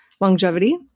longevity